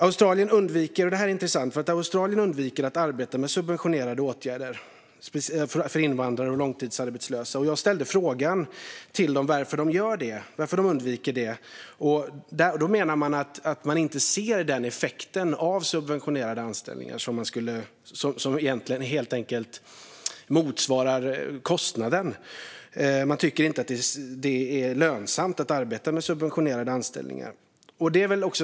Australien undviker - det här är intressant - att arbeta med subventionerade åtgärder för invandrade och långtidsarbetslösa. Jag ställde frågan till dem varför de undviker det. De menar att de helt enkelt inte ser en effekt som motsvarar kostnaden för subventionerade anställningar. De tycker inte att det är lönsamt att arbeta med subventionerade anställningar.